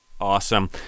awesome